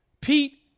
Pete